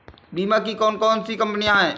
बीमा की कौन कौन सी कंपनियाँ हैं?